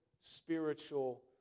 spiritual